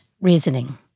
reasoning